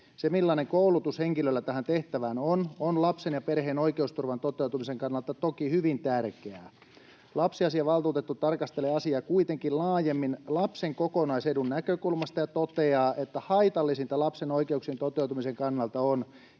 Se, millainen koulutus henkilöllä tähän tehtävään on, on lapsen ja perheen oikeusturvan toteutumisen kannalta toki hyvin tärkeää. Lapsiasiavaltuutettu tarkastelee asiaa kuitenkin laajemmin lapsen kokonaisedun näkökulmasta ja toteaa, että haitallisinta lapsen oikeuksien toteutumisen kannalta on,